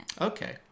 Okay